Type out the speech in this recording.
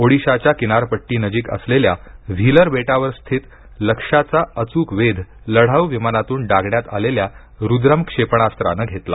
ओडिशाच्या किनारपट्टी नजीक असलेल्या व्हीलर बेटावर स्थित लक्ष्याचा अचूक वेध लढाऊ विमानातून डागण्यात आलेल्या रुद्रम क्षेपणास्त्रानं घेतला